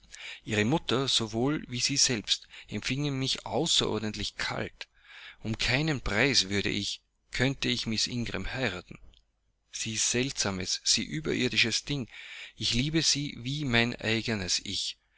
ihre mutter sowohl wie sie selbst empfingen mich außerordentlich kalt um keinen preis würde ich könnte ich miß ingram heiraten sie seltsames sie überirdisches ding ich liebe sie wie mein eigenes ich